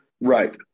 right